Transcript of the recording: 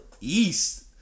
East